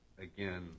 Again